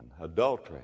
Adultery